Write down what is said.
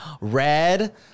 Red